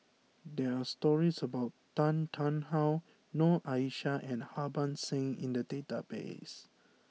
there are stories about Tan Tarn How Noor Aishah and Harbans Singh in the database